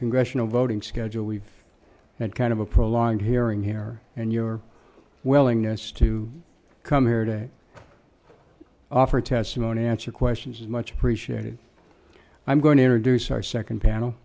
congressional voting schedule we've had kind of a prolonged hearing here and you're willing to come here today offer testimony answer questions much appreciated i'm going to introduce our second panel